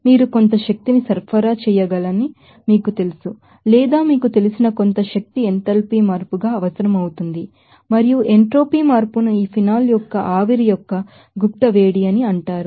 మీరు కొంత శక్తిని సరఫరా చేయాలని మీకు తెలుసు లేదా మీకు తెలిసిన కొంత శక్తి ఎంథాల్పీ మార్పుగా అవసరం అవుతుంది మరియు ఎంట్రోపీ మార్పును ఈ ఫినాల్ యొక్క ఆవిరి యొక్క లేటెంట్ హీట్ అని అంటారు